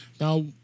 Now